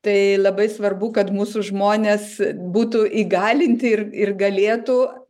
tai labai svarbu kad mūsų žmonės būtų įgalinti ir ir galėtų